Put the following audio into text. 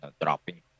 dropping